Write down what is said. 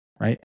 Right